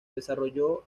desarrolló